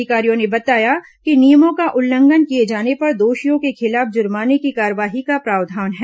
अधिकारियों ने बताया कि नियमों का उल्लंघन किए जाने पर दोषियों के खिलाफ जुर्माने की कार्रवाई का प्रावधान है